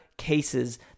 Cases